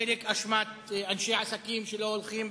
חלק באשמת אנשי עסקים שלא הולכים,